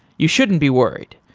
you shouldn't be worried.